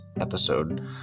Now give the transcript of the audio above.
episode